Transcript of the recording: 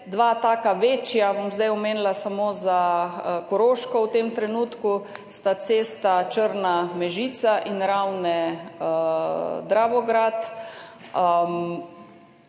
Dva taka večja bom zdaj omenila, samo za Koroško sta v tem trenutku cesta Črna–Mežica in Ravne–Dravograd,